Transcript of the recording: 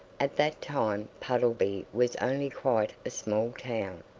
at that time puddleby was only quite a small town.